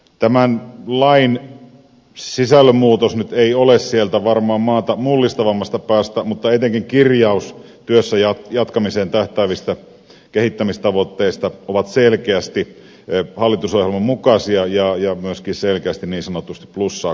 tämän lain sisällön muutos nyt ei varmaan ole sieltä maata mullistavammasta päästä mutta etenkin kirjaukset työssä jatkamiseen tähtäävistä kehittämistavoitteista ovat selkeästi hallitusohjelman mukaisia ja myöskin selkeästi niin sanotusti plussaa kurkulle